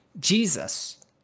Jesus